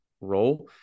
role